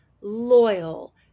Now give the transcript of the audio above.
loyal